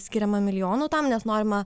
skiriama milijonų tam nes norima